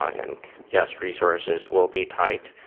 ah and yes resources will be tight,